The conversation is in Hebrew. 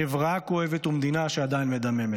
חברה כואבת ומדינה שעדיין מדממת.